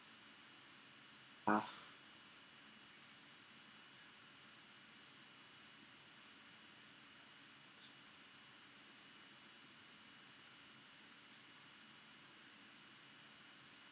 ah